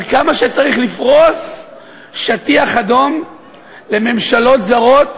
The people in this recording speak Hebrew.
על כמה שצריך לפרוס שטיח אדום לממשלות זרות